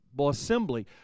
assembly